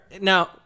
now